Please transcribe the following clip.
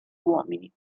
uomini